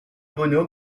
obono